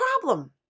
problem